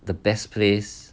the best place